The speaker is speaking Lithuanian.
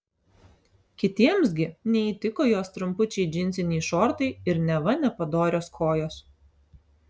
kitiems gi neįtiko jos trumpučiai džinsiniai šortai ir neva nepadorios kojos